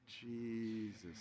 Jesus